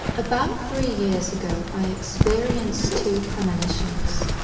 about three years ago i experienced two premonitions.